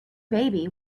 baby